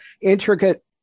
intricate